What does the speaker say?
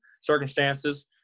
circumstances